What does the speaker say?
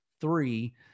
three